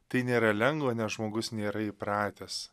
tai nėra lengva nes žmogus nėra įpratęs